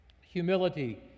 humility